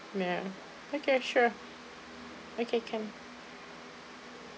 ya okay sure okay can